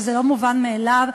וזה לא מובן מאליו.